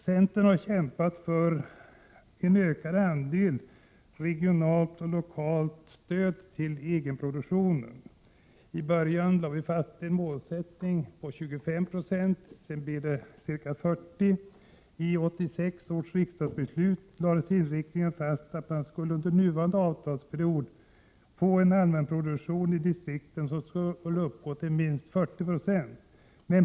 Centern har kämpat för en ökad andel regional och lokal egenproduktion. I början hade vi som målsättning att denna skulle uppgå till 25 26, och sedan blev det ca 40 96. I 1986 års riksdagsbeslut lades den inriktningen fast att egenproduktionen i distrikten under nuvarande avtalsperiod skulle uppgå till minst 40 96.